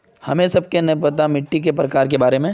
हमें सबके न पता मिट्टी के प्रकार के बारे में?